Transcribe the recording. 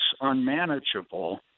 unmanageable